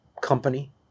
company